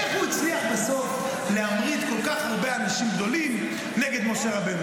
איך הוא הצליח בסוף להמריד כל כך הרבה אנשים גדולים נגד משה רבנו?